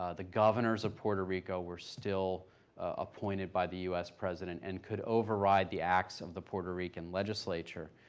ah the governors of puerto rico were still appointed by the u s. president and could override the acts of the puerto rican legislature.